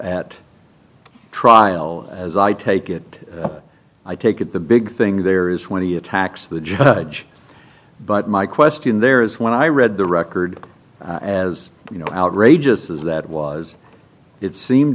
at trial as i take it i take it the big thing there is when he attacks the judge but my question there is when i read the record as you know outrageous as that was it seemed